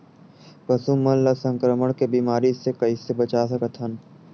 पशु मन ला संक्रमण के बीमारी से कइसे बचा सकथन?